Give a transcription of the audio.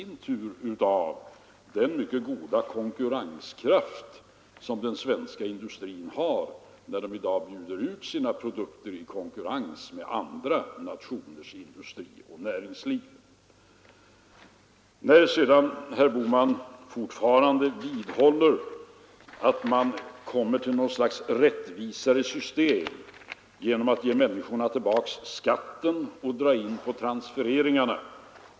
Det verifieras av den mycket goda konkurrenskraft som den svenska industrin har när den i dag bjuder ut sina produkter i konkurrens med andra nationers industrier och näringsliv. Herr Bohman vidhåller fortfarande att man får något slags rättvisare system genom att ge människorna tillbaka skatten och dra in på transfereringarna.